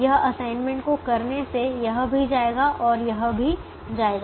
यह असाइनमेंट को करने से यह भी जाएगा और यह भी जाएगा